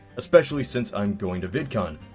especially since i'm going to vidcon.